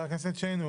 חבר הכנסת שיין,